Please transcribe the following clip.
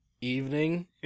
evening